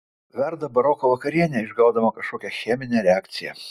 verda baroko vakarienė išgaudama kažkokią cheminę reakciją